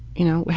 you know,